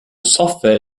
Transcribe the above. software